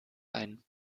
ein